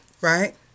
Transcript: right